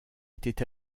était